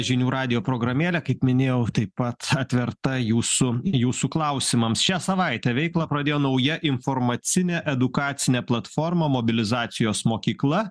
žinių radijo programėlė kaip minėjau taip pat atverta jūsų jūsų klausimams šią savaitę veiklą pradėjo nauja informacinė edukacinė platforma mobilizacijos mokykla